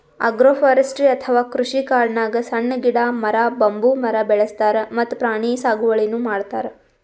agroforestry ಅಥವಾ ಕೃಷಿಕಾಡ್ನಾಗ್ ಸಣ್ಣ್ ಗಿಡ, ಮರ, ಬಂಬೂ ಮರ ಬೆಳಸ್ತಾರ್ ಮತ್ತ್ ಪ್ರಾಣಿ ಸಾಗುವಳಿನೂ ಮಾಡ್ತಾರ್